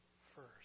first